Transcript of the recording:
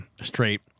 straight